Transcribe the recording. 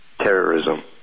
terrorism